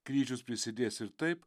kryžius prisidės ir taip